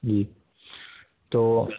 جی تو